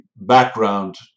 background